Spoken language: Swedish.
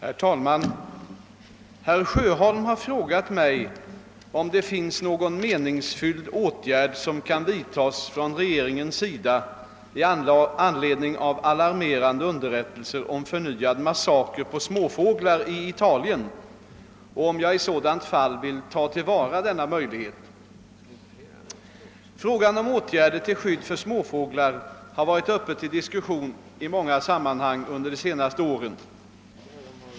Herr talman! Herr Sjöholm har frågat mig om det finns någon meningsfylld åtgärd som kan vidtas från regeringens sida i anledning av alarmerande underrättelser om förnyad massaker på småfåglar i Italien och om jag i sådant fall vill ta till vara denna möjlighet. Frågan om åtgärder till skydd för småfåglar har varit uppe till diskussion i många sammanhang under de senaste åren.